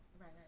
right